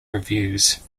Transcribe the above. reviews